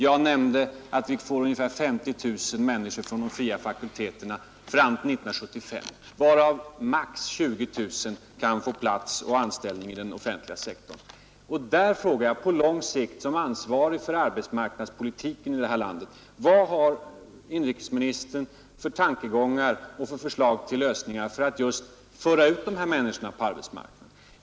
Jag nämnde att ungefär 50 000 människor kommer att vara utbildade vid de fria fakulteterna fram till 1975, varav maximalt 20 000 kan få anställning inom den offentliga sektorn. Jag frågar på den punkten vilka förslag till lösningar inrikesministern som ansvarig för arbetsmarknadspolitiken här i landet har för att föra ut dessa människor på arbetsmarknaden.